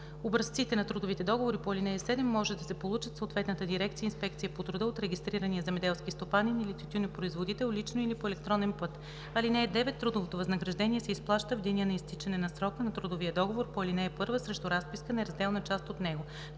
Образците на трудовите договори по ал. 7 може да се получат в съответната дирекция „Инспекция по труда“ от регистрирания земеделски стопанин или тютюнопроизводител лично или по електронен път. (9) Трудовото възнаграждение се изплаща в деня на изтичане на срока на трудовия договор по ал. 1 срещу разписка, неразделна част от него.